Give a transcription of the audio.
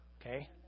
okay